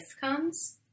comes